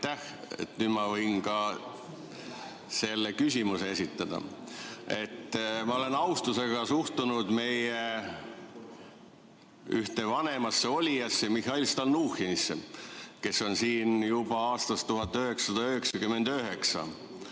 Nüüd ma võin ka küsimuse esitada. Ma olen austusega suhtunud meie ühte vanemasse olijasse Mihhail Stalnuhhinisse, kes on siin juba aastast 1999.